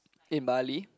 in Bali